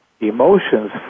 Emotions